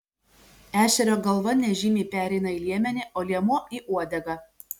ešerio galva nežymiai pereina į liemenį o liemuo į uodegą